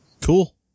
cool